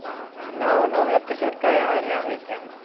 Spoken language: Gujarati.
હા હા નવા નવા એપિસોડ કયા વારે આવે છે એમાં